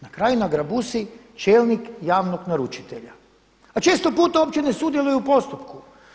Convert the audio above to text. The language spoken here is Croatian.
Na kraju nagrebusi čelnik javnog naručitelja, a četo puta uopće ne sudjeluje u postupku.